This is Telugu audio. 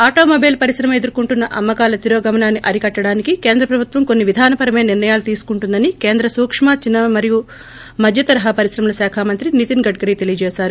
ఆటోమొబైల్ పరిశ్రమ ఎదుర్కోంటున్న అమ్మకాల తిరోగమనాన్ని అరికట్టడానికి కేంద్ర ప్రభుత్వం కొన్పి విధాన పరమైన నిర్ణయాలు తీసుకుంటుందని కేంద్ర సూక్క చిన్న మరియు మధ్యతరహా పరిశ్రమల శాఖ మంత్రి నితిన్ గడ్కరీ తెలియజేశారు